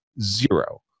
zero